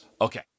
Okay